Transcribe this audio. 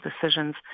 decisions